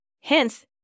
Hence